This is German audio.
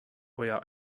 euer